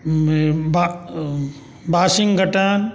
Washington